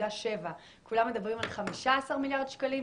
כולם מדברים על 15 מיליארד שקלים,